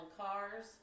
cars